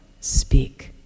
speak